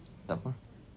takpe